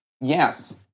Yes